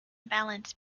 balance